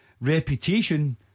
reputation